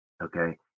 Okay